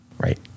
Right